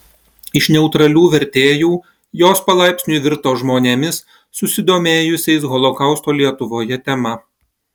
iš neutralių vertėjų jos palaipsniui virto žmonėmis susidomėjusiais holokausto lietuvoje tema